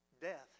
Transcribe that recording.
Death